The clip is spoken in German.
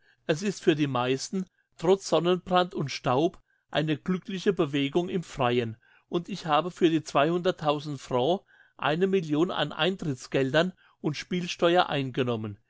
es ist für die meisten trotz sonnenbrand und staub eine glückliche bewegung im freien und ich habe für die frau eine million an eintrittsgeldern und spielsteuer eingenommen